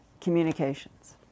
communications